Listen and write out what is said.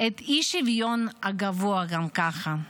את אי-השוויון הגבוה גם ככה.